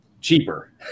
cheaper